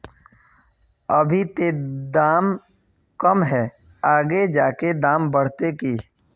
अभी ते दाम कम है आगे जाके दाम बढ़ते की?